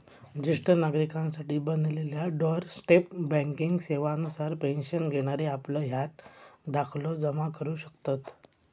ज्येष्ठ नागरिकांसाठी बनलेल्या डोअर स्टेप बँकिंग सेवा नुसार पेन्शन घेणारे आपलं हयात दाखलो जमा करू शकतत